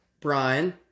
Brian